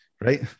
right